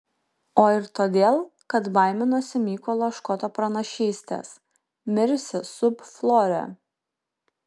o ir todėl kad baiminosi mykolo škoto pranašystės mirsi sub flore